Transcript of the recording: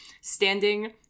standing